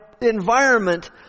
environment